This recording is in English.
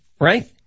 Right